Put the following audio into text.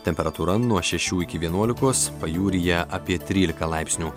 temperatūra nuo šešių iki vienuolikos pajūryje apie trylika laipsnių